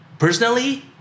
Personally